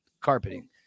carpeting